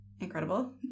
Incredible